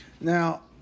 Now